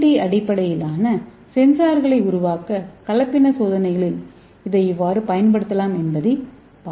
D அடிப்படையிலான சென்சார்களை உருவாக்க கலப்பின சோதனைகளில் இதை எவ்வாறு பயன்படுத்தலாம் என்பதைப் பார்ப்போம்